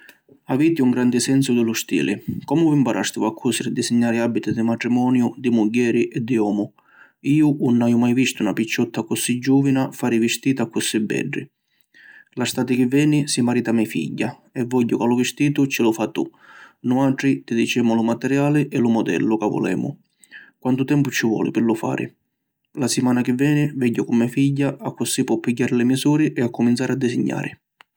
Aviti un granni sensu di lu stili. Comu vi mparastivu a cusiri e disignari abiti di matrimoniu di mugghieri e di omu? Iu ‘un haiu mai vistu na picciotta accussì giuvina fari vistita accussì beddi. La stati chi veni si marita me figghia e vogghiu ca lu vistitu ci lu fa tu. Nuatri ti dicemu lu materiali e lu modellu ca vulemu. Quantu tempu ci voli pi lu fari? La simana chi veni vegnu cu me figghia accussì pò pigghiari li misuri e accuminzari a disignari.